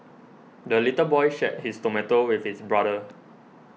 the little boy shared his tomato with his brother